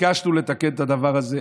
ביקשנו לתקן את הדבר הזה.